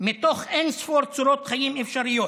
מתוך אין-ספור צורות חיים אפשריות,